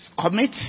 commit